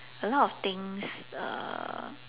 a lot of things uh